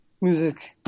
Music